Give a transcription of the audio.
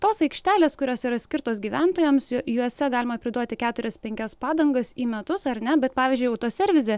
tos aikštelės kurios yra skirtos gyventojams jo juose galima priduoti keturias penkias padangas į metus ar ne bet pavyzdžiui autoservise